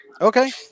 Okay